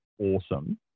awesome